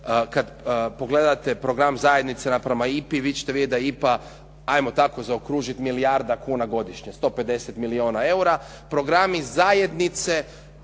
kada pogledate program zajednice naprema IPA-i vidjet ćete da IPA 'ajmo tako zaokružiti milijarda kuna godišnje, 150 milijuna eura. Programi zajednice